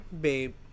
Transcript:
Babe